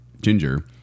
ginger